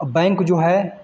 अब बैंक जो है